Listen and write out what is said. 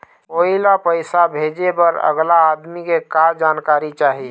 कोई ला पैसा भेजे बर अगला आदमी के का का जानकारी चाही?